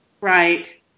Right